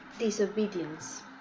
Disobedience